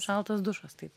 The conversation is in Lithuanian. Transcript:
šaltas dušas tai